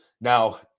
now